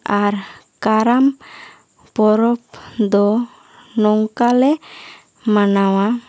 ᱟᱨ ᱠᱟᱨᱟᱢ ᱯᱚᱨᱚᱵᱽ ᱫᱚ ᱱᱚᱝᱠᱟ ᱞᱮ ᱢᱟᱱᱟᱣᱟ